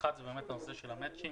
האחת, הנושא של המצ'ינג.